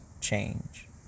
change